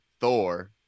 Thor